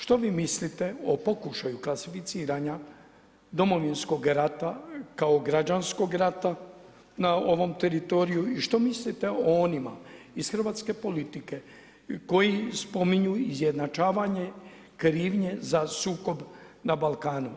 Što vi mislite o pokušaju klasificiranja Domovinskog rata kao građanskog rata na ovom teritoriju i što mislite o onima iz hrvatske politike koji spominju izjednačavanje krivnje za sukob na Balkanu?